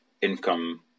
income